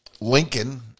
Lincoln